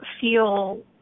feel